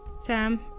Sam